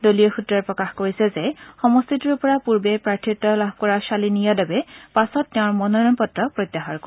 দলীয় সূত্ৰই প্ৰকাশ কৰিছে যে সমষ্টিটোৰ পৰা পূৰ্বে প্ৰাৰ্থিত্ব লাভ কৰা ছালিনী যাদৱে পাছত তেওঁৰ মনোনয়ন পত্ৰ প্ৰত্যাহাৰ কৰিব